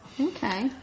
okay